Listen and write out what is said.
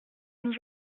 nous